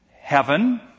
Heaven